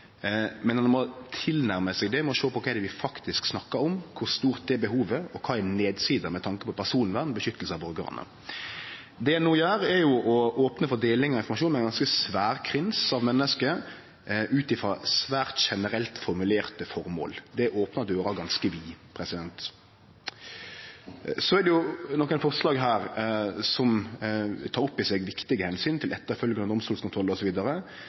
men ein må nærme seg det med å sjå på kva vi faktisk snakkar om – kor stort er behovet, og kva er nedsida med tanke på personvern, det å beskytte borgarane? Det ein no gjer, er jo å opne for deling av informasjon med ein ganske svær krins av menneske ut frå svært generelt formulerte formål. Det opnar døra ganske vidt. Så er det nokre forslag her som tek opp i seg viktige omsyn til etterfølgjande domstolskontroll